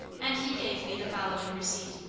and he gave me the following receipt